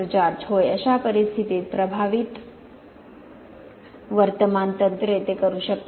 George होय अशा परिस्थितीत प्रभावित वर्तमान तंत्रे ते करू शकतात